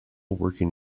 working